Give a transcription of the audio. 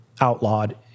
outlawed